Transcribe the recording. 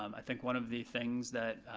um i think one of the things that,